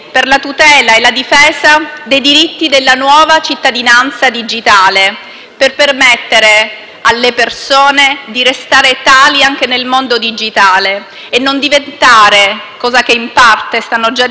alle persone di restare tali anche nel mondo digitale e di non diventare, cosa che in parte stanno già diventando, dato prodotto da svendere.